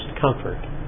comfort